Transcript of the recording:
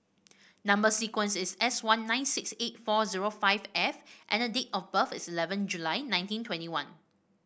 number sequence is S one nine six eight four zero five F and date of birth is eleven July nineteen twenty one